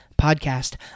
Podcast